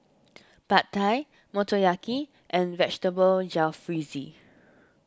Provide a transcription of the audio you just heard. Pad Thai Motoyaki and Vegetable Jalfrezi